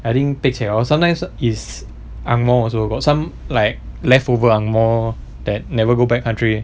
I think pekcek ah or sometimes is ang moh also got some like leftover ang moh that never go back country